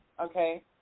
Okay